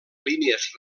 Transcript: línies